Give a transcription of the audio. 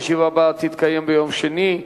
הישיבה הבאה תתקיים ביום שני,